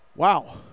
Wow